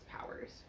powers